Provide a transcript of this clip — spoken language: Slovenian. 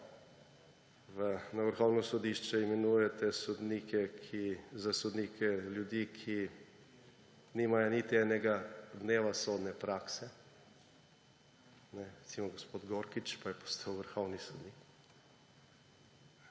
na Vrhovno sodišče imenujete za sodnike ljudi, ki nimajo niti enega dneva sodne prakse, recimo gospod Gorkič, pa je postal vrhovni sodnik.